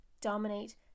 dominate